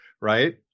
right